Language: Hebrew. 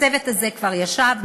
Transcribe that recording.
הצוות הזה כבר ישב,